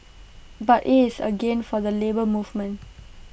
but IT is A gain for the Labour Movement